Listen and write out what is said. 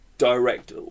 direct